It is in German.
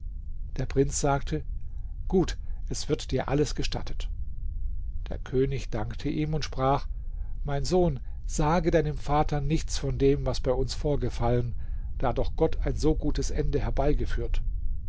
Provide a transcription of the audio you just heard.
der prinz sagte gut es wird dir alles gestattet der könig dankte ihm und sprach mein sohn sage deinem vater nichts von dem was bei uns vorgefallen da doch gott ein so gutes ende herbeigeführt